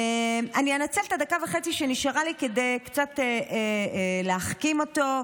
אני אנצל את הדקה וחצי שנשארה לי כדי קצת להחכים אותו,